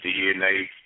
DNA